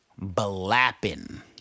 Blapping